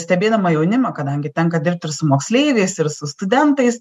stebėdama jaunimą kadangi tenka dirbt ir su moksleiviais ir su studentais